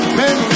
men